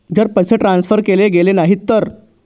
जर पैसे ट्रान्सफर केले गेले नाही तर?